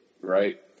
right